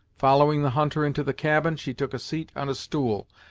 following the hunter into the cabin, she took a seat on a stool,